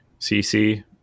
CC